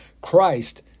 Christ